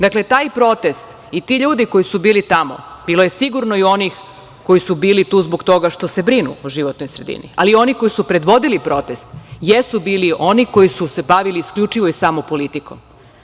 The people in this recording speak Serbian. Dakle, taj protest i ti ljudi koji su bili tamo, bilo je sigurno i onih koji su bili tu zbog toga što se brinu o životnoj sredini, ali oni koji su predvodili protest jesu bili oni koji su se bavili isključivo i samo politikom.